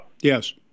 Yes